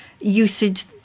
usage